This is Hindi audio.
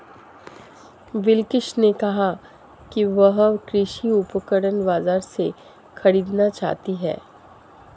बिलकिश ने कहा कि वह कृषि उपकरण बाजार से खरीदना चाहती है